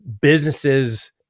businesses